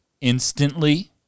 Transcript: instantly